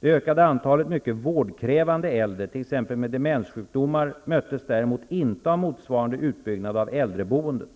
Det ökade antalet mycket vårdkrävande äldre, t.ex. med demenssjukdomar, möttes däremot inte av motsvarande utbyggnad av äldreboendet.